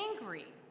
angry